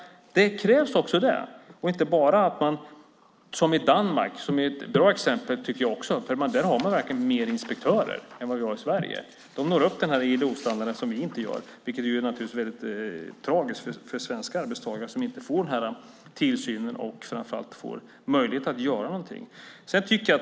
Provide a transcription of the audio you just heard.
Det krävs också förbud och förordningar. Jag tycker också att Danmark är ett bra exempel. Där har man verkligen fler inspektörer än vad vi har i Sverige. De når upp till ILO-standarden, vilket vi inte gör. Det är väldigt tragiskt för svenska arbetstagare som inte får den här tillsynen och möjligheten att göra någonting.